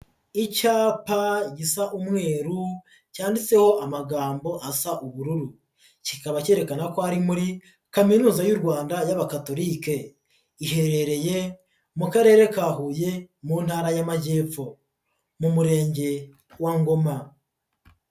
Icyapa gisa umweru cyanditseho amagambo asa ubururu, kikaba cyerekana ko ari muri Kaminuza y'u Rwanda y'Abakatolike, iherereye mu karere ka Huye mu ntara y'Amajyepfo mu murenge wa Ngoma.